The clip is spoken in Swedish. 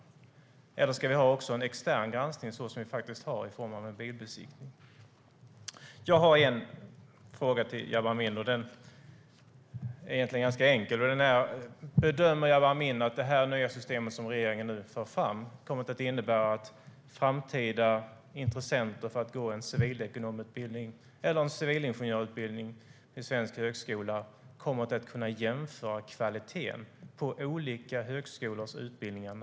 Eller ska vi ha en extern granskning, så som vi faktiskt har i form av en bilbesiktning? Jag har en fråga till Jabar Amin. Den är egentligen ganska enkel. Bedömer Jabar Amin att det nya system som regeringen för fram kommer att innebära att de som i framtiden är intresserade av att gå en civilekonomutbildning eller en civilingenjörsutbildning i svensk högskola kommer att kunna jämföra kvaliteten på olika högskolors utbildningar?